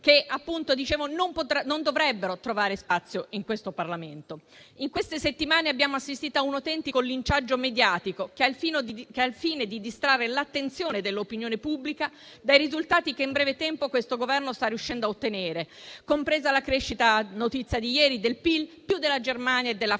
non dovrebbe trovare spazio in Parlamento. In queste settimane abbiamo assistito a un autentico linciaggio mediatico che ha il fine di distrarre l'attenzione dell'opinione pubblica dai risultati che in breve tempo il Governo sta riuscendo a ottenere, compresa la crescita del PIL - notizia di ieri - superiore a quella della Germania e della Francia,